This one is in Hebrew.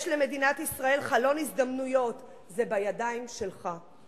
יש למדינת ישראל חלון הזדמנויות, זה בידיים שלך.